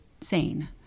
sane